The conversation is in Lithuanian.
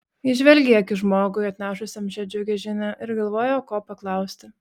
jis žvelgė į akis žmogui atnešusiam šią džiugią žinią ir galvojo ko paklausti